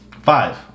Five